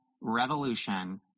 revolution